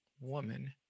woman